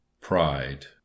pride